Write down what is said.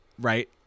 right